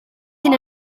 hyn